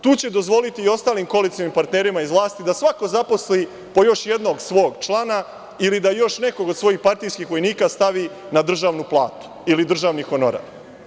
Tu će dozvoliti i ostalim koalicionim partnerima iz vlasti da svako zaposli po još jednog svog člana ili da još nekog od svojih partijskih vojnika stavi na državnu platu ili državni honorar.